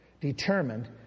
Determined